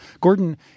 Gordon